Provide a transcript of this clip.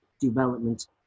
development